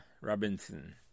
Robinson